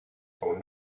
phone